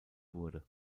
wurde